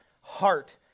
heart